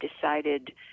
decided